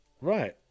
Right